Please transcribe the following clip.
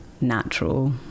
natural